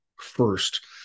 first